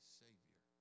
savior